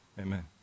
Amen